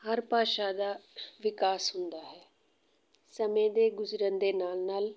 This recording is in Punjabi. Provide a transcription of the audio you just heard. ਹਰ ਭਾਸ਼ਾ ਦਾ ਵਿਕਾਸ ਹੁੰਦਾ ਹੈ ਸਮੇਂ ਦੇ ਗੁਜ਼ਰਨ ਦੇ ਨਾਲ ਨਾਲ